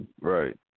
Right